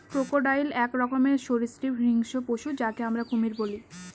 crocodile এক রকমের সরীসৃপ হিংস্র পশু যাকে আমরা কুমির বলি